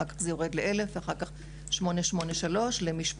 אחר כך זה יורד ל-1,000 שקל ואחר כך ל-883 שקל למשפחות.